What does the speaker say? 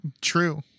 true